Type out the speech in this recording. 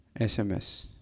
sms